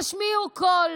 תשמיעו קול,